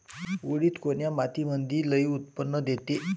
उडीद कोन्या मातीमंदी लई उत्पन्न देते?